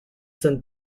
son